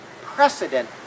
precedent